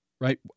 right